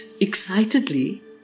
excitedly